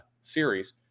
series